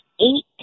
eight